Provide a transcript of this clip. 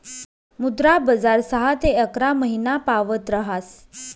मुद्रा बजार सहा ते अकरा महिनापावत ऱहास